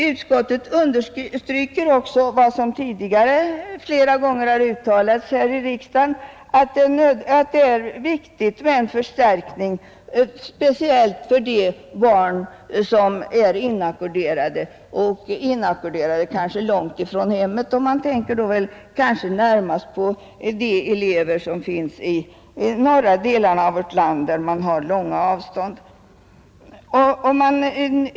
Utskottet understryker vad som tidigare flera gånger har uttalats i riksdagen att det är viktigt med en förstärkning, speciellt för de barn som är inackorderade — kanske långt från hemmet. Man tänker då kanske närmast på de elever som finns i norra delarna av vårt land, där avstånden är långa.